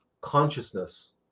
consciousness